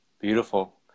Beautiful